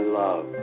love